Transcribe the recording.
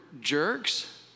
jerks